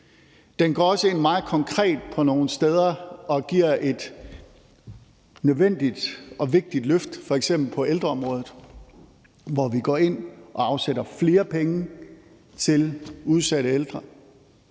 Den går også meget konkret ind nogle steder og giver et nødvendigt og vigtigt løft, f.eks. på ældreområdet, hvor der er afsat flere penge til udsatte ældre.